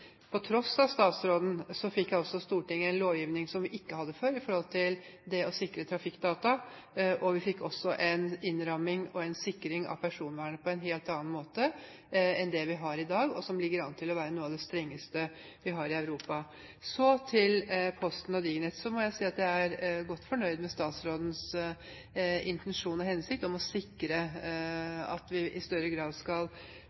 På tross av statsråden fikk altså Stortinget til en lovgivning som vi ikke hadde før, for sikring av trafikkdata. Vi fikk også en innramming og en sikring av personvernet på en helt annen måte enn det vi har i dag, og som ligger an til å være noe av det strengeste vi har i Europa. Så til Posten og Digipost: Jeg må si at jeg er godt fornøyd med statsrådens intensjon og hensikt om å sikre at vi i større grad skal